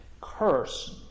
curse